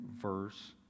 verse